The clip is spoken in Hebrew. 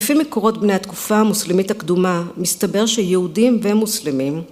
‫לפי מקורות בני התקופה המוסלמית ‫הקדומה, מסתבר שיהודים ומוסלמים..